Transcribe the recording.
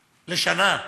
לשנה.